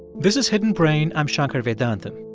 this is hidden brain. i'm shankar vedantam.